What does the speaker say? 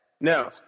Now